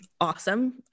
awesome